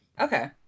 okay